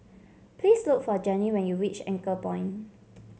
please look for Gennie when you reach Anchorpoint